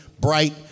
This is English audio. bright